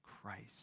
Christ